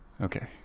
Okay